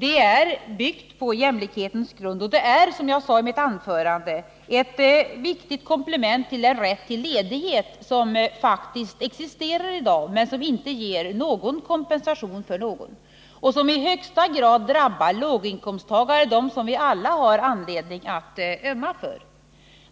är faktiskt byggt på jämlikhetens grund. Som jag sade i mitt anförande är det ett viktigt komplement till den rätt till ledighet som faktiskt existerar i dag men som inte ger någon kompensation åt någon. Något som i högsta grad drabbar låginkomsttagarna, vilka vi alla har anledning att ömma för.